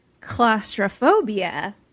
claustrophobia